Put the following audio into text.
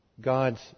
God's